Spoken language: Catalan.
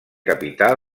capità